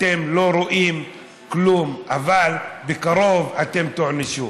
אתם לא רואים כלום, אבל בקרוב אתם תוענשו.